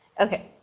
okay,